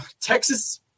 Texas